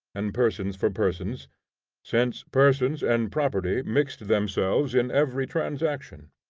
and persons for persons since persons and property mixed themselves in every transaction.